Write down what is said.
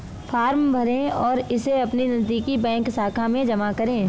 form भरें और इसे अपनी नजदीकी बैंक शाखा में जमा करें